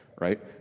Right